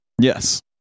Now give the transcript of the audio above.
Yes